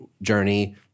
journey